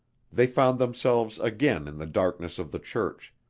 they found themselves again in the darkness of the church,